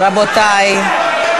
רבותי.